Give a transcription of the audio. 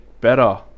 better